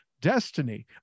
destiny